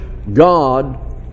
God